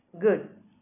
Good